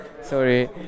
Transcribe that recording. Sorry